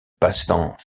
passant